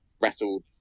wrestled